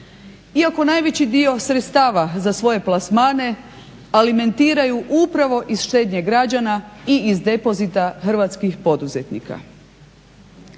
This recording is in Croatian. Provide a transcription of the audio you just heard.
Iako najveći dio sredstava za svoje plasmane alimentiraju upravo iz štednje građana i iz depozita hrvatskih poduzetnika.